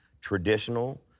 traditional